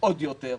עוד יותר,